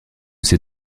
ses